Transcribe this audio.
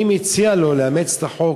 אני מציע לו לאמץ את החוק,